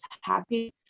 happy